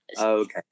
okay